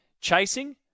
Chasing